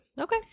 Okay